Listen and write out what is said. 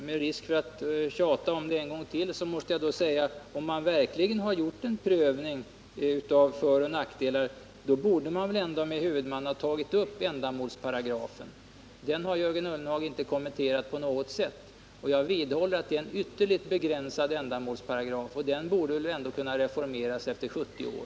Med risk för att bli tjatig måste jag säga, att om man verkligen har gjort en prövning av föroch nackdelar borde man med huvudmannen ha tagit upp ändamålsparagrafen. Den har Jörgen Ullenhag inte kommenterat på något Nr 43 sätt. Jag vidhåller att det är en ytterligt begränsad ändamålsparagraf, och den Onsdagen den borde kunna reformeras efter 70 år.